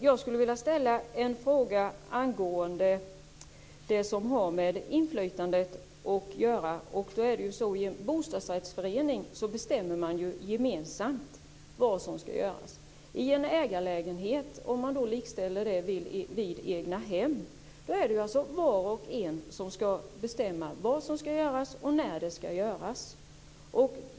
Jag skulle vilja ställa en fråga om det som har med inflytandet att göra. I en bostadsrättsförening bestäms gemensamt vad som skall göras. I fråga om en ägarlägenhet - om man likställer den med egnahem - skall var och en bestämma vad som skall göras och när det skall göras.